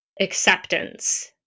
acceptance